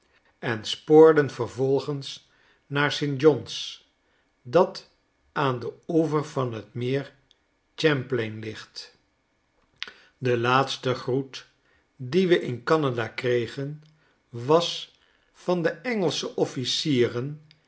en spoorden vervolgens naar st j o h n's dat aan den oever van t meer champlain ligt de laatste groet dien we in canada kregen was van de engelsche officieren